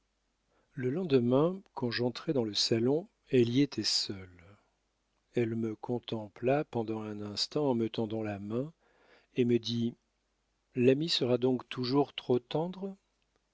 le lendemain quand j'entrai dans le salon elle y était seule elle me contempla pendant un instant en me tendant la main et me dit l'ami sera donc toujours trop tendre